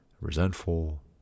resentful